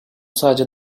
sadece